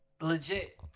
Legit